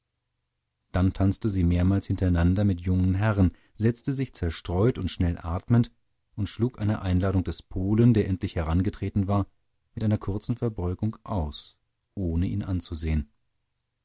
dann tanzte sie mehrmals hintereinander mit jungen herren setzte sich zerstreut und schnell atmend und schlug eine einladung des polen der endlich herangetreten war mit einer kurzen verbeugung aus ohne ihn anzusehen